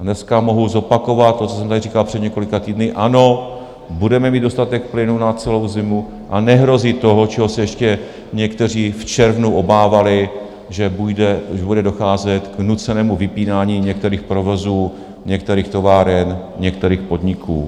Dneska mohu zopakovat to, co jsem tady říkal před několika týdny: Ano, budeme mít dostatek plynu na celou zimu a nehrozí to, čeho se ještě někteří v červnu obávali, že bude docházet k nucenému vypínání některých provozů, některých továren, některých podniků.